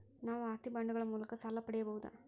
ನಾವು ಆಸ್ತಿ ಬಾಂಡುಗಳ ಮೂಲಕ ಸಾಲ ಪಡೆಯಬಹುದಾ?